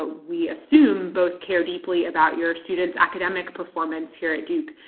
ah we assume, both care deeply about your student's academic performance here at duke,